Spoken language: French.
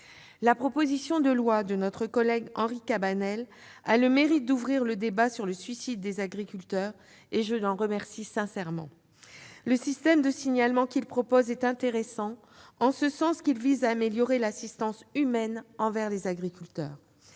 La proposition de loi de notre collègue Henri Cabanel a le mérite d'ouvrir le débat sur le suicide des agriculteurs. Je l'en remercie sincèrement. Le système de signalement qu'il propose est intéressant, dans la mesure où il vise à améliorer l'assistance humaine apportée aux agriculteurs.